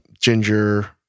ginger